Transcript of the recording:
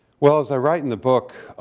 well, as i write in the book,